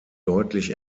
deutlich